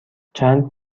چند